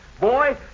Boy